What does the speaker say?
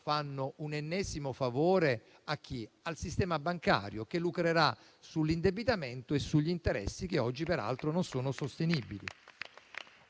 fanno un ennesimo favore al sistema bancario, che lucrerà sull'indebitamento e sugli interessi, che oggi peraltro non sono sostenibili.